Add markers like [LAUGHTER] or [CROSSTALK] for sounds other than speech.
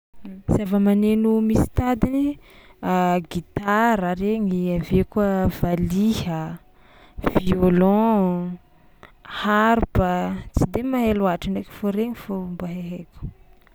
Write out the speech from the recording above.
Zavamaneno misy tadiny: [HESITATION] gitara regny, avy eo koa valiha, violon, harpe, tsy de mahay loatra ndraiky fô regny fao mba haihaiko.